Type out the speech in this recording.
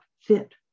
fit